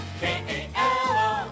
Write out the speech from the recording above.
k-a-l-o